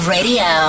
Radio